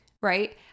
right